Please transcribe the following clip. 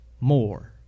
more